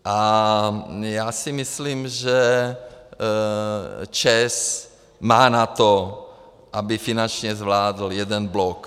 A já si myslím, že ČEZ má na to, aby finančně zvládl jeden blok.